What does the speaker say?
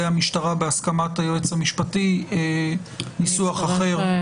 המשטרה בהסכמת היועץ המשפטי או בניסוח אחר?